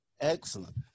Excellent